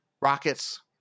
Rockets